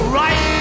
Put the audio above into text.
right